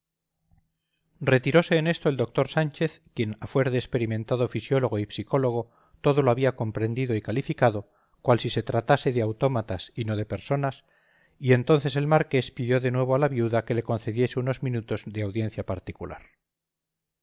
en esto el doctor sánchez quien a fuer de experimentado fisiólogo y psicólogo todo lo había comprendido y calificado cual si se tratase de autómatas y no de personas y entonces el marqués pidió de nuevo a la viuda que le concediese unos minutos de audiencia particular